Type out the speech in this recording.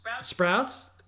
Sprouts